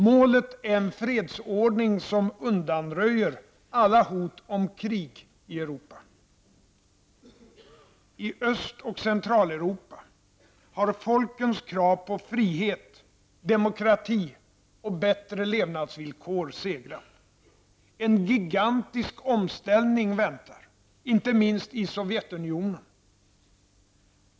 Målet är en fredsordning som undanröjer alla hot om krig i I Öst och Centraleuropa har folkens krav på frihet, demokrati och bättre levnadsvillkor segrat. En gigantisk omställning väntar, inte minst i Sovjetunionen.